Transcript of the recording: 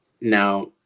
Now